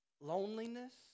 Loneliness